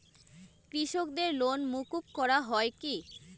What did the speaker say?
কৃষকদের লোন মুকুব করা হয় কি?